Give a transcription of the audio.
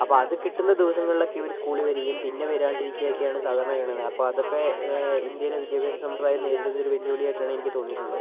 അപ്പം അത് കിട്ടുന്ന ദിവസങ്ങളിലൊക്കെ ഇവർ സ്കൂളിൽ വരികയും പിന്നെ വരാണ്ടിരിക്കുകയൊക്കെയാണ് സാധാരണ ചെയുന്നത് അപ്പം അതൊക്കെ ഇന്ത്യയിലെ വിദ്യാഭ്യാസ സമ്പ്രദായം നേരിടുന്നൊരു വെല്ലുവിളിയായിട്ടാണ് എനിക്ക് തോന്നിയിട്ടുള്ളത്